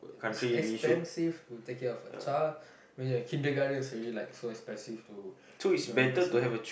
it's expensive to take care of a child when you're kindergarten it's already like so expensive to join one person